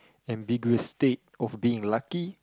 ambiguous state of being lucky